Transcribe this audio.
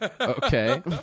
Okay